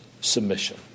submission